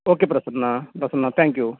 okay Prasanna Prasanna thank you